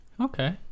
Okay